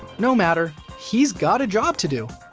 no matter he's got a job to do.